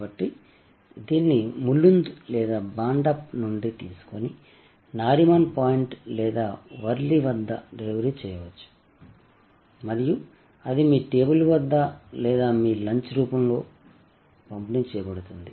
కాబట్టి దీనిని ములుంద్ లేదా భాండప్ నుండి తీసుకొని నారిమన్ పాయింట్ లేదా వర్లి వద్ద డెలివరీ చేయవచ్చు మరియు అది మీ టేబుల్ వద్ద లేదా మీ లంచ్ రూమ్లో పంపిణీ చేయబడుతుంది